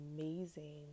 amazing